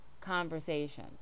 conversation